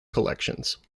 collections